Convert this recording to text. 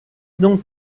dum